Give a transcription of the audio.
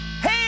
Hey